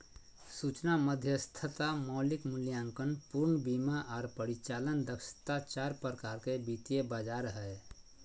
सूचना मध्यस्थता, मौलिक मूल्यांकन, पूर्ण बीमा आर परिचालन दक्षता चार प्रकार के वित्तीय बाजार हय